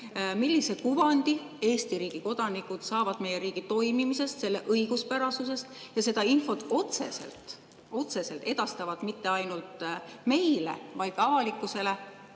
millise kuvandi Eesti riigi kodanikud saavad meie riigi toimimisest, selle õiguspärasusest. Seda infot otseselt edastavad mitte ainult meile, vaid ka avalikkusele